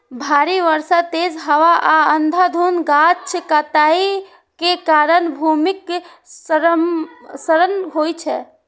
भारी बर्षा, तेज हवा आ अंधाधुंध गाछ काटै के कारण भूमिक क्षरण होइ छै